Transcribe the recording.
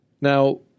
Now